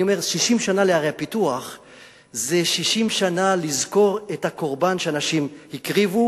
אני אומר: 60 שנה לערי הפיתוח זה 60 שנה לזכור את הקורבן שאנשים הקריבו